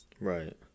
Right